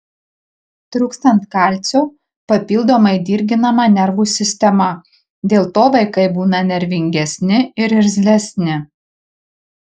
trūkstant kalcio papildomai dirginama nervų sistema dėl to vaikai būna nervingesni ir irzlesni